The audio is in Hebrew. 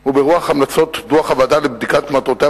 הוא ברוח המלצות דוח הוועדה לבדיקת מטרותיה